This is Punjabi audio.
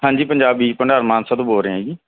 ਹਾਂਜੀ ਪੰਜਾਬੀ ਭੰਡਾਰ ਮਾਨਸਾ ਤੋਂ ਬੋਲ ਰਿਹਾ ਜੀ